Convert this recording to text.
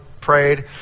prayed